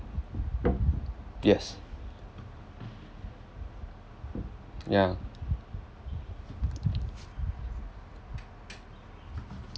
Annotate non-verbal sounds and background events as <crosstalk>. yes yeah <noise>